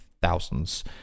Thousands